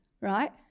right